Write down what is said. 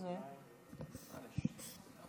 אלי.